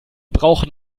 brauchen